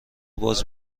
باز